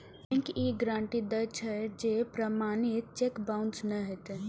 bank ई guarantee दै छै, जे प्रमाणित चेक बाउंस नै हेतै